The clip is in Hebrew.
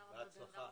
בהצלחה.